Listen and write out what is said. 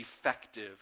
effective